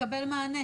לקבל מענה.